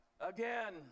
again